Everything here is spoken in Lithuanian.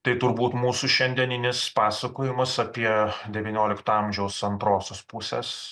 tai turbūt mūsų šiandieninis pasakojimas apie devyniolikto amžiaus antrosios pusės